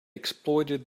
exploited